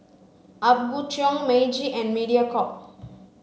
Apgujeong Meiji and Mediacorp